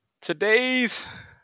today's